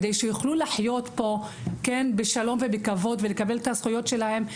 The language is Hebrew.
כדי שיוכלו לחיות פה בשלום ובכבוד וכדי שיקבלו את הזכויות שלהם,